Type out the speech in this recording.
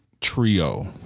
trio